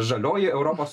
žalioji europos